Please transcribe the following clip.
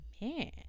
man